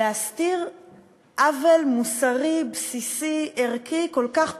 להסתיר עוול מוסרי, בסיסי, ערכי, כל כך פשוט.